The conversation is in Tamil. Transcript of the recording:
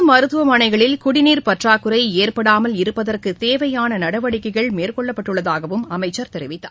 அரசு மருத்துவமனைகளில் குடிநீர் பற்றாக்குறை ஏற்படாமல் இருப்பதற்கு தேவையான நடவடிக்கைகள் மேற்கொள்ளப்பட்டுள்ளதாகவும் அமைச்சர் தெரிவித்தார்